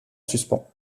suspens